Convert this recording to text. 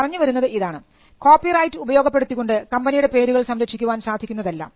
പറഞ്ഞുവരുന്നത് ഇതാണ് കോപ്പിറൈറ്റ് ഉപയോഗപ്പെടുത്തിക്കൊണ്ട് കമ്പനിയുടെ പേരുകൾ സംരക്ഷിക്കുവാൻ സാധിക്കുന്നതല്ല